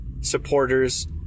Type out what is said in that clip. supporters